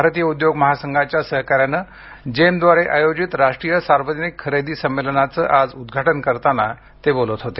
भारतीय उद्योग महासंघाच्या सहकार्याने जेमद्वारे आयोजित राष्ट्रीय सार्वजनिक खरेदी संमेलनाचं आज उद्घाटन करताना ते बोलत होते